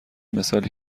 مثالی